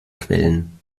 quellen